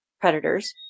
predators